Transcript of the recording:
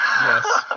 Yes